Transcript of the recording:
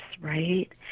right